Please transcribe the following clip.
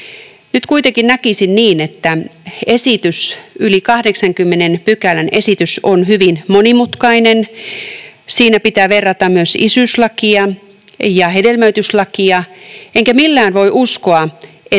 Nyt kuitenkin näkisin niin, että esitys, yli 80 pykälän esitys, on hyvin monimutkainen. Siinä pitää verrata myös isyyslakia ja hedelmöityslakia, enkä millään voi uskoa, niin